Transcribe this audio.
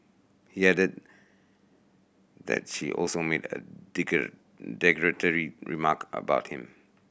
he added that she also made a derogatory remark about him